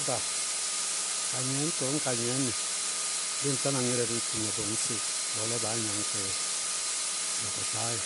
Dzakpata, ka gnɩñtɔ, ñ ka gnɩñ nɩ bɩɩ ŋ tána ŋɩrɛ tʋtʋŋɛ bɔɔ ŋñ sɩwʋ. Bɔɔ lɔ baá gnañ kɛɛ dzɛ. Dzakpataá dzɛ.